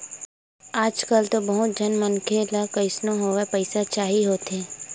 आजकल तो बहुत झन मनखे ल कइसनो होवय पइसा चाही होथे